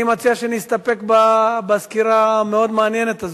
אני מציע שנסתפק בסקירה המאוד-מעניינת הזאת.